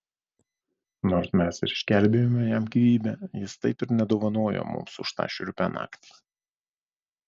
nors mes ir išgelbėjome jam gyvybę jis taip ir nedovanojo mums už tą šiurpią naktį